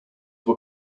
were